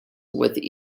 with